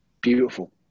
beautiful